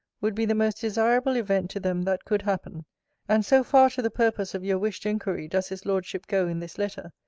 would be the most desirable event to them that could happen and so far to the purpose of your wished inquiry does his lordship go in this letter,